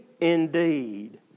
indeed